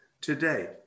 today